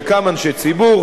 חלקם אנשי ציבור,